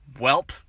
Welp